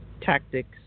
tactics